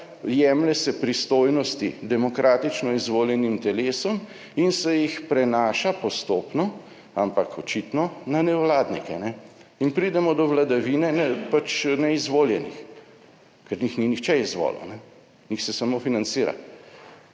Jemlje se pristojnosti demokratično izvoljenim telesom in se jih prenaša postopno, ampak očitno na nevladnike. In pridemo do vladavine pač neizvoljenih, ker njih ni nihče izvolil, njih se samo financira.